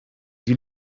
die